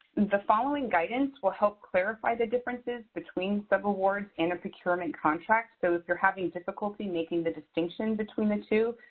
the following guidance will help clarify the differences between subawards and a procurement contract. so if you're having difficulty making the distinction between the two,